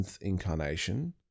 incarnation